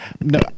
no